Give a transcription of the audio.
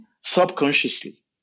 subconsciously